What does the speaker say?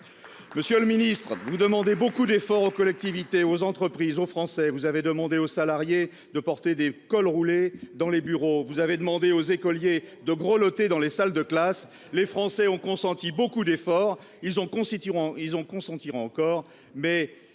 Monsieur le Ministre vous demander beaucoup d'efforts aux collectivités et aux entreprises, aux Français, vous avez demandé aux salariés de porter des cols roulés dans les bureaux, vous avez demandé aux écoliers de grelotter dans les salles de classe, les Français ont consenti beaucoup d'efforts, ils ont constitueront